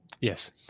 Yes